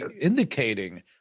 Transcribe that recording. indicating